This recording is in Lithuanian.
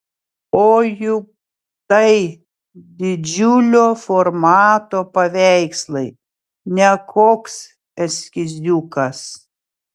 o juk tai didžiulio formato paveikslai ne koks eskiziukas